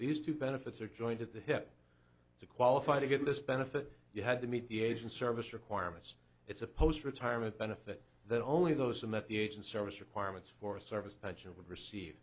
these two benefits are joined at the hip to qualify to get this benefit you had to meet the agents or vis requirements it's a post retirement benefit that only those who met the age and service requirements for a service pension would receive